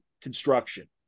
construction